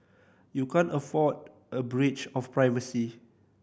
you can't afford a breach of privacy